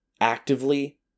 actively